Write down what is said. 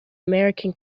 american